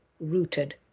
rooted